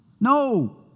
No